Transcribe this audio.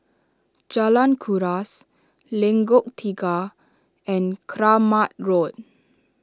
Jalan Kuras Lengkok Tiga and Kramat Road